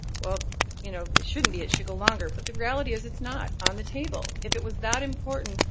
well you know it shouldn't be. it should go longer. but the reality is it's not on the table. if it was that important,